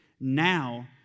now